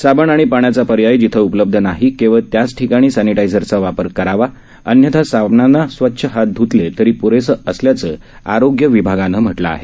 साबण आणि पाण्याचा पर्याय जिथं उपलब्ध नाही केवळ त्याच ठिकाणी सॅनिटायझरचा वापर करावा अन्यथा साबणाने स्वच्छ हात ध्तले तरी प्रेसे असल्याचं आरोग्य विभागानं म्हटलं आहे